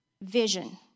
vision